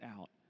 out